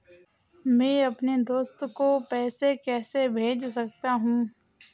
मैं अपने दोस्त को पैसे कैसे भेज सकता हूँ?